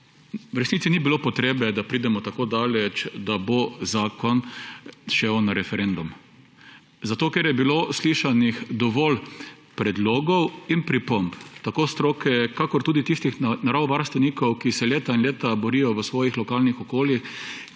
v resnici ni bilo potrebe, da pridemo tako daleč, da bo zakon šel na referendum, zato ker je bilo slišanih dovolj predlogov in pripomb, tako stroke kakor tudi tistih naravovarstvenikov, ki se leta in leta borijo v svojih lokalnih okoljih